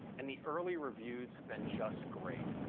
and the early reviews have been just great.